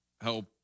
help